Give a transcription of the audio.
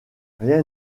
rien